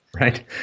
Right